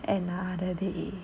another day